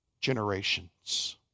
generations